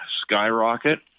skyrocket